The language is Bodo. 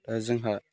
दा जोंहा